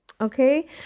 Okay